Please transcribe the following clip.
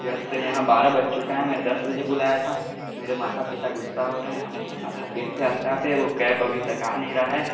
जैसे यहाँ बारह बज चुके हैं मैं दस बजे बुलाया था मेरे माता पिता गुस्सा हो रहे हैं हमें जाना था तीर्थ यात्रा पे वो कैब अभी तक आ नहीं रहा है